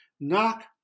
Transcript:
Knock